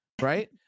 right